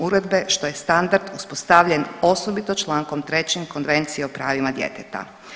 Uredbe što je standard uspostavljen osobito člankom trećim Konvencije o pravima djeteta.